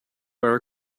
our